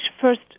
first